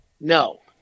No